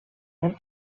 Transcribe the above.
del